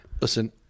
Listen